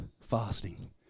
fasting